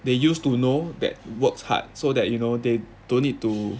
they used to know that works hard so that you know they don't need to